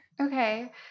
Okay